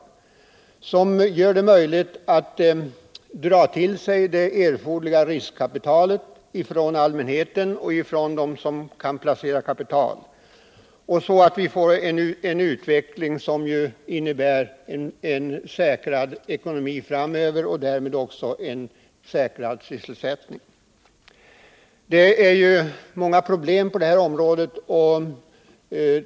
Företagen måste ges möjlighet att dra till sig det erforderliga riskkapitalet från dem som kan placera kapital, så att vi får en utveckling som medför en säkrad ekonomi framöver och därmed också en tryggad sysselsättning. Det finns många problem på det här området.